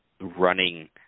running